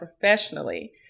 professionally